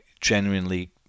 genuinely